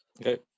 Okay